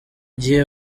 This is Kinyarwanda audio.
gihe